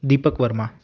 Deepak Verma